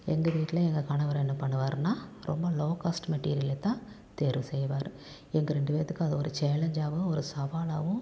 எங்கள் வீட்டில் எங்கள் கணவர் என்ன பண்ணுவாருன்னா ரொம்ப லோ காஸ்ட் மெட்டீரியலை தான் தேர்வு செய்வாரு எங்கள் ரெண்டு பேற்றுக்கும் அது ஒரு சேலஞ்சாகவும் ஒரு சவாலாகவும்